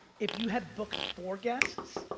if you had booked four guests,